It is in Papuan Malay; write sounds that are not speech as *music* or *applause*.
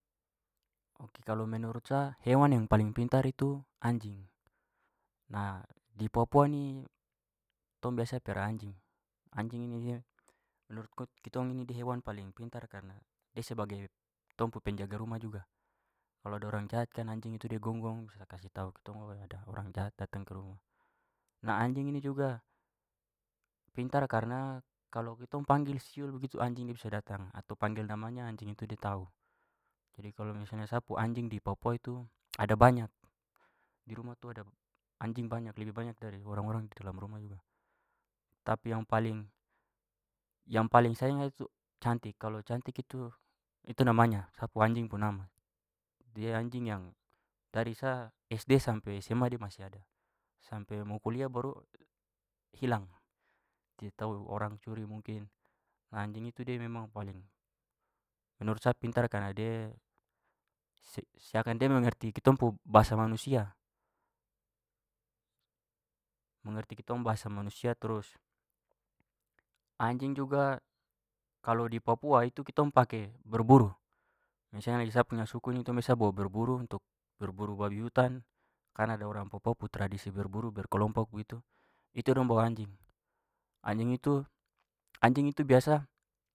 Menurut sa hewan yang paling pintar itu anjing. Nah, di papua ni tong biasa piara anjing. Anjing ini dia menurut kitong ini dia hewan paling pintar karena dia sebagai tong pu penjaga rumah juga. Kalau ada orang jahat kan anjing da gonggong kasih tahu kitong bahwa ada orang jahat datang ke rumah. Nah, anjing ini juga pintar karena kalau kitong panggil, siul begitu, anjing dia bisa datang. Atau panggil namanya anjing itu da tahu. Jadi kalau misalnya sa pu anjing di papua itu ada banyak. Di rumah itu ada anjing banyak, lebih banyak dari orang-orang di dalam rumah ini. Tapi yang paling saya ingat itu cantik. Kalau cantik itu, itu namanya, sa pu anjing pu nama. Dia anjing yang dari sa SD sampai SMA da masih ada. Sampe mau kuliah baru hilang. Tidak tahu orang curi mungkin. Anjing itu dia memang paling menurut saya pintar karena dia *hesitation* seakan dia mengerti kitong pu bahasa manusia- mengerti kitong pu bahasa manusia terus. Anjing juga, kalau di papua itu kitong pake berburu. Misalnya di sa punya suku ini tong biasa bawa berburu untuk berburu babi hutan. Kan ada orang papua tradisi berburu, berkelompok begitu, itu dong bawa anjing. Anjing itu- anjing itu biasa.